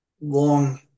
long